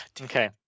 Okay